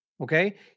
Okay